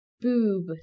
boob